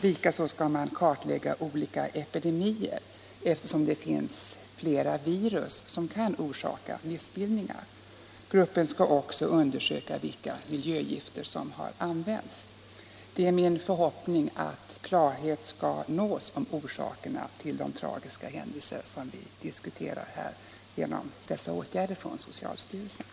Likaså skall man kartlägga olika epidemier, eftersom det finns flera virus som kan orsaka missbildningar. Gruppen skall också undersöka vilka miljögifter som har använts. Det är min förhoppning att man genom dessa åtgärder från social styrelsens sida skall nå klarhet om orsaken till de tragiska händelser som vi här diskuterar.